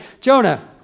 Jonah